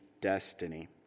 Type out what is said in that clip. destiny